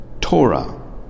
Torah